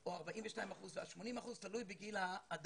או 42% עד 80%, תלוי בגיל האדם.